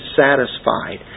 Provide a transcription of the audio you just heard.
satisfied